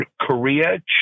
Korea